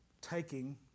taking